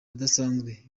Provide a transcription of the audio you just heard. adasanzwe